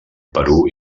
perú